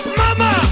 mama